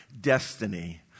destiny